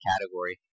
category